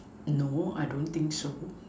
no I don't think so